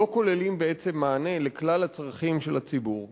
לא כוללים בעצם מענה לכלל הצרכים של הציבור.